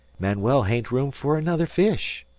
manuel hain't room fer another fish.